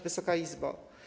Wysoka Izbo!